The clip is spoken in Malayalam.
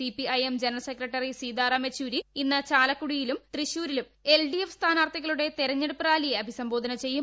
C P I M general secretary Sitaram Yechury ഇന്ന് ചാലക്കുടിയിലും തൃശൂരിലും എൽഡിഎഫ് സ്ഥാനാർഥികളുടെ തെരഞ്ഞെടുപ്പ് റാലിയെ അഭിസംബോധന ചെയ്തു